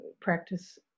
practice